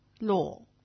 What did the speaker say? law